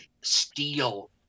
steel